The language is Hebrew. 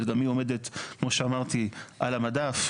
שעומדת על המדף.